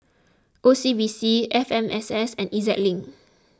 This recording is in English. O C B C F M S S and E Z Link